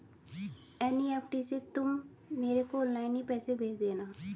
NEFT से तुम मेरे को ऑनलाइन ही पैसे भेज देना